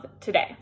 today